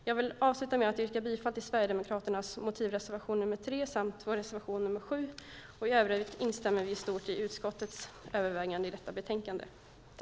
Jag vill avsluta med att yrka bifall till Sverigedemokraternas motivreservation nr 3 samt vår reservation nr 7. I övrigt instämmer vi i stort i utskottets överväganden i betänkandet.